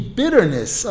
bitterness